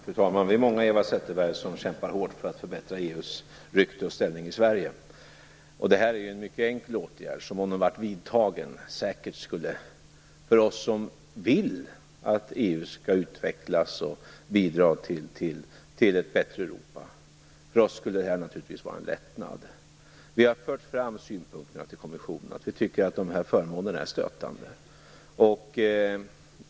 Fru talman! Vi är många, Eva Zetterberg, som kämpar hårt för att förbättra EU:s rykte och ställning i Sverige. Det här är en mycket enkel åtgärd som, om den blev vidtagen, säkert skulle för oss som vill att EU skall utvecklas och bidra till ett bättre Europa naturligtvis innebära en lättnad. Vi har fört fram synpunkten till kommissionen att vi tycker att förmånerna är stötande.